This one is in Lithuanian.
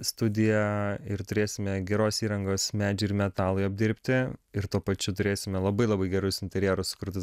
studiją ir turėsime geros įrangos medžiui ir metalui apdirbti ir tuo pačiu turėsime labai labai gerus interjerus sukurtus